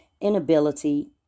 inability